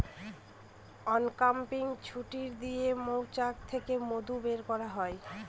uncapping ছুরি দিয়ে মৌচাক থেকে মধু বের করা হয়